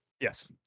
Yes